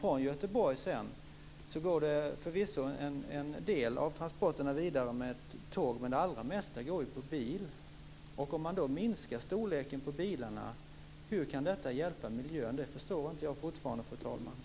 Från Göteborg går förvisso en del av transporterna vidare med tåg, men det allra mesta går med bil. Fru talman! Jag förstår fortfarande inte hur man kan hjälpa miljön genom att minska storleken på bilarna.